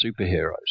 superheroes